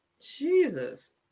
Jesus